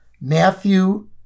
Matthew